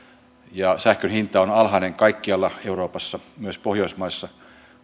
ja sähkönhinta on alhainen kaikkialla euroopassa myös pohjoismaissa